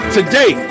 today